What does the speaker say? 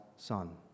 son